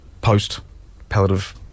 post-palliative